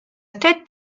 tête